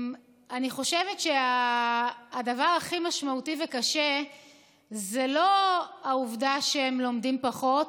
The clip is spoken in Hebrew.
אני חושבת שהדבר הכי משמעותי וקשה זה לא העובדה שהם לומדים פחות,